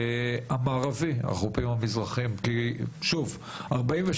אם באמצעות קרן ואם בדרכים אחרות.